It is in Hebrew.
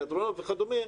בתיאטראות וכדומה,